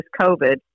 COVID